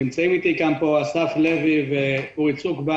נמצאים איתי כאן אסף לוי ואורי צוק בר